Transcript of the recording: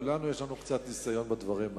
לכולנו יש קצת ניסיון בדברים האלה.